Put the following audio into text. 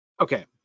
Okay